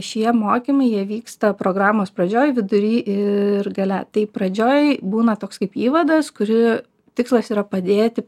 šie mokymai jie vyksta programos pradžioj vidury ir gale tai pradžioj būna toks kaip įvadas kuri tikslas yra padėti